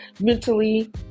mentally